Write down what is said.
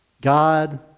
God